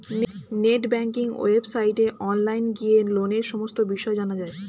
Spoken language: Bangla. নেট ব্যাঙ্কিং ওয়েবসাইটে অনলাইন গিয়ে লোনের সমস্ত বিষয় জানা যায়